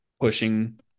pushing